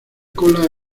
cola